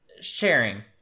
Sharing